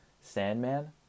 Sandman